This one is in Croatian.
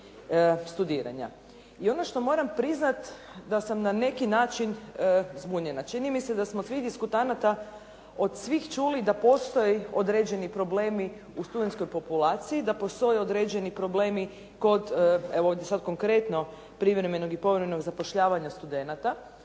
I ono što moram priznat, da sam na neki način zbunjena. Čini mi se da smo od svih diskutanata čuli da postoje određeni problemi u studentskoj populaciji, da postoje određeni problem i kod, evo sad konkretno, privremenog i povremenog zapošljavanja studenata.